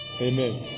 Amen